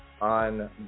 on